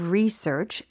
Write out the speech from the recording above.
research